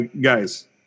Guys